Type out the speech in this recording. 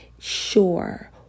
sure